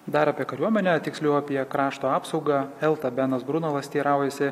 dar apie kariuomenę tiksliau apie krašto apsaugą elta benas grunovas teiraujasi